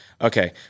Okay